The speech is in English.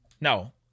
No